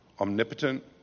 omnipotent